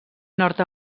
nord